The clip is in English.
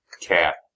cat